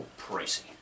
pricey